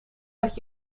dat